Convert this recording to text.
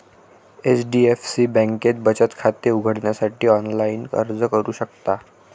HDFC बँकेत बचत खाते उघडण्यासाठी ऑनलाइन अर्ज करू शकता